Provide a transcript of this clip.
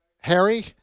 Harry